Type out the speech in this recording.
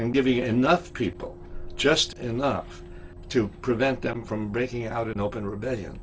and giving enough people just enough to prevent them from breaking out in open rebellion